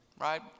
right